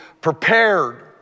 prepared